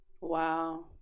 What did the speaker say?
Wow